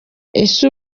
ese